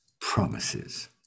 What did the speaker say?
promises